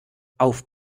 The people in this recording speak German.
auf